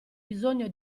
bisogno